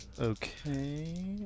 Okay